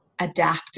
adapt